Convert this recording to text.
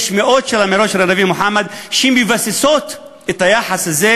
יש מאות אמירות של הנביא מוחמד שמבססות את היחס הזה,